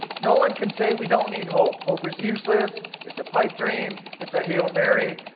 no one can say we don't need hope. hope is useless. it's a pipe dream. it's a hail mary.